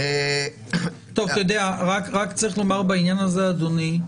רק צריך לומר בעניין הזה, אדוני,